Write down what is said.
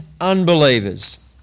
unbelievers